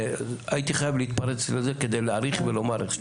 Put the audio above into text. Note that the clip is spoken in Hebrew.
הייתי חייב להתפרץ כדי להעריך ולומר את זה.